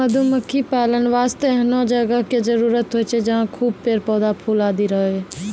मधुमक्खी पालन वास्तॅ एहनो जगह के जरूरत होय छै जहाँ खूब पेड़, पौधा, फूल आदि रहै